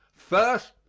first,